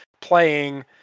playing